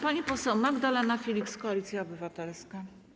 Pani poseł Magdalena Filiks, Koalicja Obywatelska.